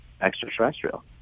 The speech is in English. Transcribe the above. extraterrestrial